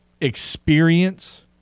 experience